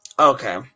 Okay